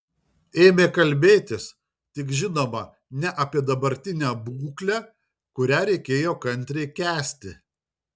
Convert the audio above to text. ėmė kalbėtis tik žinoma ne apie dabartinę būklę kurią reikėjo kantriai kęsti